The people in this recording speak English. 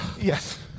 Yes